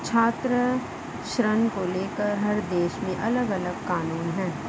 छात्र ऋण को लेकर हर देश में अलगअलग कानून है